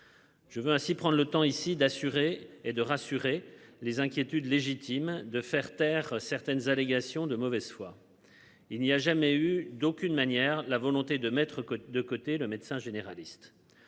Je veux ainsi prendre le temps ici d'assurer et de rassurer les inquiétudes légitimes de faire taire certaines allégations de mauvaise foi. Il n'y a jamais eu d'aucune manière la volonté de mettre de côté le médecin généraliste